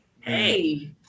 Hey